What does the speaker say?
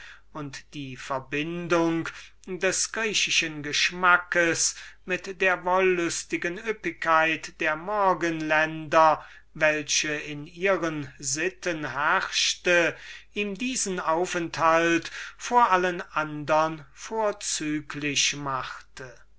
und die verbindung des griechischen geschmacks mit der wollüstigen üppigkeit der morgenländer ihm diesen aufenthalt vor allen andern die er kannte vorzüglich machte